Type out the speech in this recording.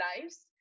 lives